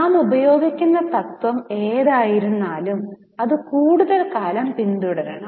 നാം ഉപയോഗിക്കുന്ന തത്വം ഏതായിരുന്നാലും അത് കൂടുതൽ കാലം പിന്തുടരണം